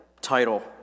title